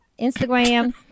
Instagram